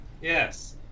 Yes